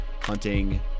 hunting